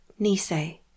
Nisei